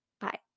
Bye